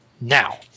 now